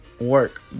work